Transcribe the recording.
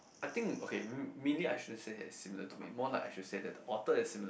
I think okay mainly I shouldn't he has similar to me more like I should say that the author is similar to